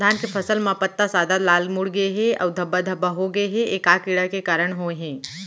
धान के फसल म पत्ता सादा, लाल, मुड़ गे हे अऊ धब्बा धब्बा होगे हे, ए का कीड़ा के कारण होय हे?